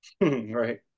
Right